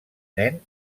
nen